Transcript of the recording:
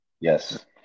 yes